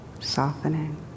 softening